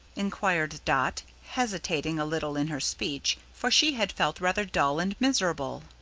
enquired dot, hesitating a little in her speech, for she had felt rather dull and miserable.